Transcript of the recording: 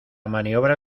maniobra